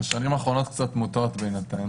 השנים האחרונות קצת מוטות בינתיים.